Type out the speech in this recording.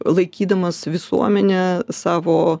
laikydamas visuomenę savo